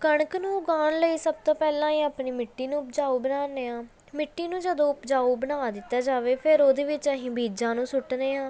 ਕਣਕ ਨੂੰ ਉਗਾਉਣ ਲਈ ਸਭ ਤੋਂ ਪਹਿਲਾਂ ਇਹ ਆਪਣੀ ਮਿੱਟੀ ਨੂੰ ਉਪਜਾਊ ਬਣਾਉਂਦੇ ਹਾਂ ਮਿੱਟੀ ਨੂੰ ਜਦੋਂ ਉਪਜਾਊ ਬਣਾ ਦਿੱਤਾ ਜਾਵੇ ਫਿਰ ਉਹਦੇ ਵਿੱਚ ਅਸੀਂ ਬੀਜਾਂ ਨੂੰ ਸੁੱਟਦੇ ਹਾਂ